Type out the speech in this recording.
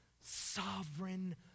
sovereign